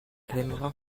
aimera